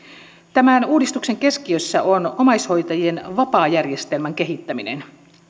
tämän uudistuksen keskiössä on omaishoitajien vapaajärjestelmän kehittäminen